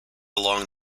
along